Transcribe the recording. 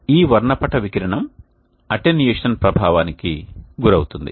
ఈ వర్ణపట వికిరణం అటెన్యుయేషన్ ప్రభావానికి గురి అవుతుంది